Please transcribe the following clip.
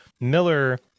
Miller